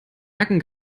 nacken